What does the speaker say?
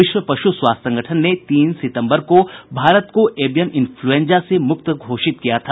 विश्व पशु स्वास्थ्य संगठन ने तीन सितम्बर को भारत को एवियन इनफ्लूंजा से मुक्त घोषित किया है